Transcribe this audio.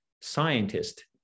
scientist